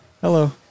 Hello